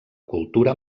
cultura